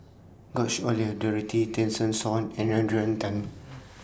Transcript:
George Oehlers Dorothy Tessensohn and Adrian Tan